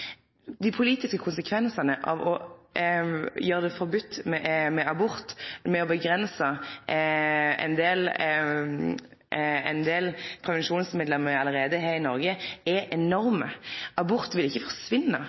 Dei politiske konsekvensane av å gjere det forbode med abort, med å avgrense ein del prevensjonsmiddel me allereie har i Noreg, er enorme. Abort vil ikkje forsvinne.